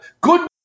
good